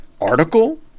article